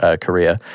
career